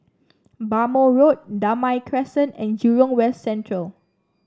Bhamo Road Damai Crescent and Jurong West Central